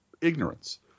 ignorance